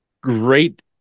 Great